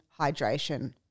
hydration